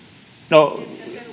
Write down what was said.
no